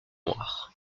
noirs